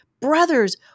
brothers